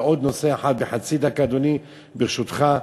ועוד נושא אחד, בחצי דקה, אדוני, ברשותך,